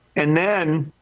and then,